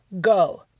go